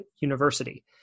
University